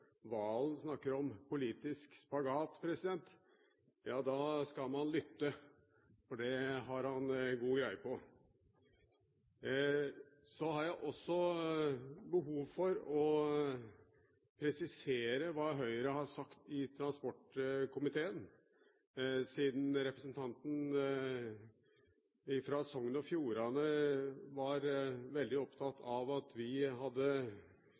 Valen snakker om politisk spagat, da skal man lytte, for det har han god greie på. Så har jeg også behov for å presisere hva Høyre har sagt i transport- og kommunikasjonskomiteen, siden representanten fra Sogn og Fjordane var veldig opptatt av at vi hadde